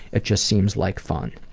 it just seems like fun.